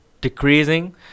decreasing